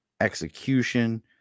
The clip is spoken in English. execution